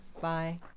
Bye